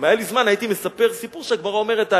אם היה לי זמן הייתי מספר סיפור שהגמרא מספרת,